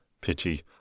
pity